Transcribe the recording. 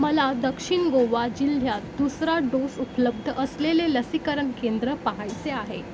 मला दक्षिण गोवा जिल्ह्यात दुसरा डोस उपलब्ध असलेले लसीकरण केंद्र पाहायचे आहे